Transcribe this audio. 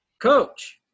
Coach